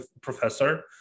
professor